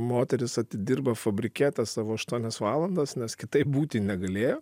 moteris atidirba fabrike tas savo aštuonias valandas nes kitaip būti negalėjo